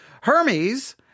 Hermes